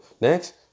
Next